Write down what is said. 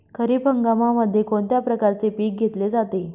खरीप हंगामामध्ये कोणत्या प्रकारचे पीक घेतले जाते?